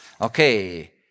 Okay